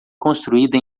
construída